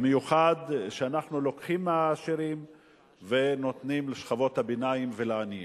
במיוחד כשאנחנו לוקחים מהעשירים ונותנים לשכבות הביניים ולעניים,